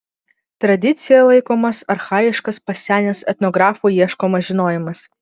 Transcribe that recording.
tradicija laikomas archajiškas pasenęs etnografų ieškomas žinojimas